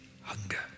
hunger